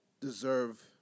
deserve